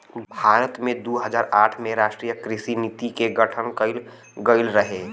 भारत में दू हज़ार आठ में राष्ट्रीय कृषि नीति के गठन कइल गइल रहे